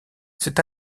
c’est